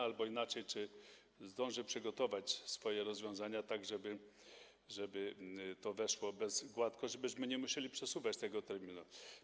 Albo inaczej: Czy zdąży przygotować swoje rozwiązania, tak żeby to weszło gładko, żebyśmy nie musieli przesuwać tego terminu?